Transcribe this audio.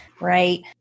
Right